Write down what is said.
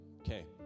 Okay